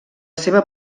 seva